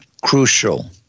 crucial